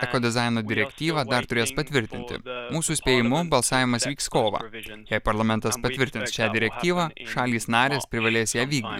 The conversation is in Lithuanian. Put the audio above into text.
eko dizaino direktyvą dar turės patvirtinti mūsų spėjimu balsavimas vyks kovą jei parlamentas patvirtins šią direktyvą šalys narės privalės ją vykdyti